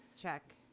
check